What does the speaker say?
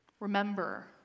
Remember